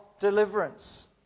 deliverance